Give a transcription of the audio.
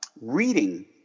reading